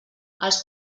els